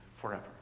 forever